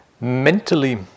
Mentally